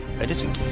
editing